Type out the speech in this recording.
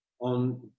on